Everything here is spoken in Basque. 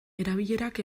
erabilerak